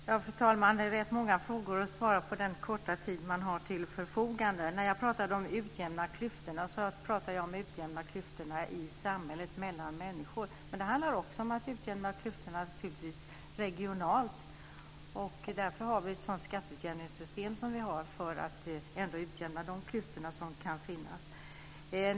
Fru talman! Det är rätt många frågor att besvara på den korta tid man har till förfogande. När jag talade om att utjämna klyftorna talade jag om att utjämna dem i samhället mellan människor, men det handlar också om att utjämna klyftorna regionalt. Därför har vi ett sådant skatteutjämningssystem som vi har för att utjämna de klyftor som kan finnas.